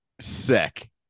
Sick